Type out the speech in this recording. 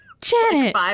Janet